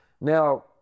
Now